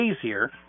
easier